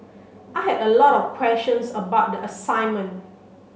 I had a lot of questions about the assignment